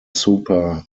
super